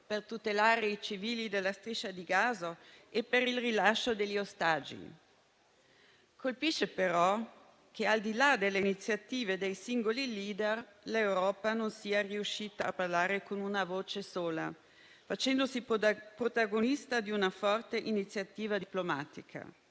per tutelare i civili della Striscia di Gaza e per il rilascio degli ostaggi. Colpisce però che, al di là delle iniziative dei singoli *leader*, l'Europa non sia riuscita a parlare con una voce sola, facendosi protagonista di una forte iniziativa diplomatica.